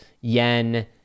yen